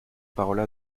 paroles